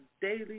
daily